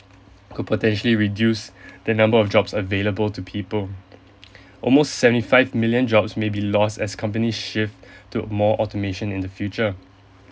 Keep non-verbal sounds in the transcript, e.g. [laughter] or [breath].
could potentially reduce [breath] the number of jobs available to people [noise] almost seventy five million jobs may be lost as companies shift [breath] to a more automation in the future